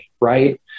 right